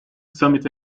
summit